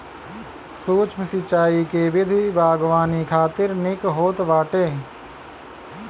सूक्ष्म सिंचाई के विधि बागवानी खातिर निक होत बाटे